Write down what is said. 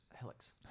Helix